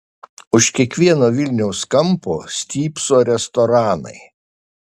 už kiekvieno vilniaus kampo stypso restoranai